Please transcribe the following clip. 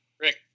Rick